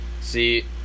See